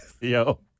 Yo